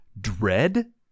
Dread